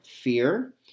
fear